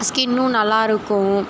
ஸ்கின்னும் நல்லாயிருக்கும்